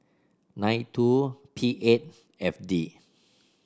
nine two P eight F D